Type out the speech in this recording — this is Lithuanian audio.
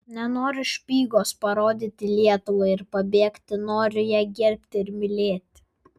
nenoriu špygos parodyti lietuvai ir pabėgti noriu ją gerbti ir mylėti